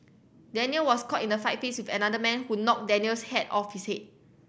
Daniel was caught in a fight fist with another man who knocked Daniel's hat off his head